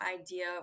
idea